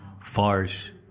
Farce